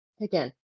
Again